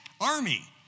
army